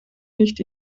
nicht